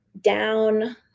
down